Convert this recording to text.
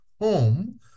home